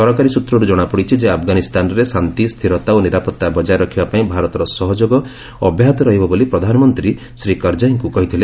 ସରକାରୀ ସୂତ୍ରରୁ ଜଣାପଡ଼ିଛି ଯେ ଆଫଗାନିସ୍ତାନରେ ଶାନ୍ତି ସ୍ତିରତା ଓ ନିରାପଭା ବଜାୟ ରଖିବା ପାଇଁ ଭାରତର ସହଯୋଗ ଅବ୍ୟାହତ ରହିବ ବୋଲି ପ୍ରଧାନମନ୍ତ୍ରୀ ଶ୍ରୀ କରଜାଇଙ୍କୁ କହିଥିଲେ